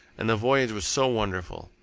and the voyage was so wonderful,